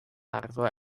ardoa